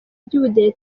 by’ubudehe